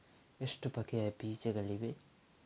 ಎಷ್ಟು ಬಗೆಯ ಬೀಜಗಳಿವೆ?